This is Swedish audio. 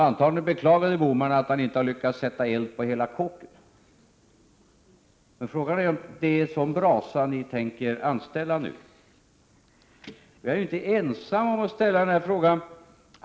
Antagligen beklagade Bohman att han inte har lyckats sätta eld på hela kåken. Är det en sådan brasa som ni tänker ställa till med? Jag är ju inte ensam om att ställa den frågan.